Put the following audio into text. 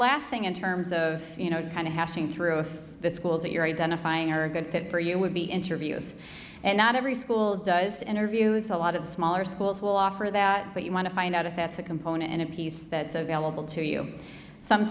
last thing in terms of you know kind of hashing through the schools that you're identifying are a good fit for you would be interview is not every school does interviews a lot of the smaller schools will offer that but you want to find out if it's a component in a piece that's available to you some